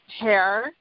hair